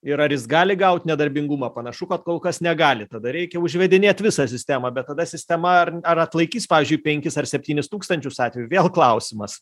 ir ar jis gali gaut nedarbingumą panašu kad kol kas negali tada reikia užvedinėt visą sistemą bet tada sistema ar ar atlaikys pavyzdžiui penkis ar septynis tūkstančius atvejų vėl klausimas